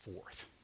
fourth